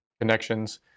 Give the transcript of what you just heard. connections